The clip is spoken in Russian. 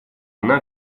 она